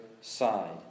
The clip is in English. side